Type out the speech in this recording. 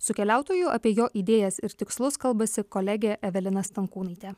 su keliautoju apie jo idėjas ir tikslus kalbasi kolegė evelina stankūnaitė